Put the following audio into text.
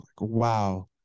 wow